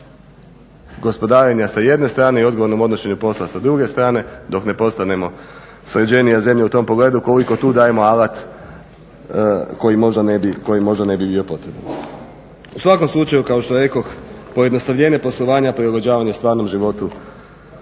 gospodarenja sa jedne strane i odgovornom odnošenju posla s druge strane dok ne postanemo sređenija zemlja u pogledu, koliko tu dajemo alat koji možda ne bio potreban. U svakom slučaju kao što rekoh, pojednostavljenje poslovanja, prilagođavanje stvarnom životu